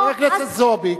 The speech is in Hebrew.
חברת הכנסת זועבי,